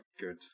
good